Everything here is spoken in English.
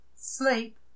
Sleep